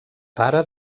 pare